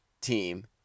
team